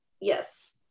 Yes